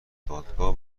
دادگاه